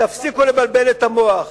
תפסיקו לבלבל את המוח.